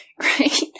right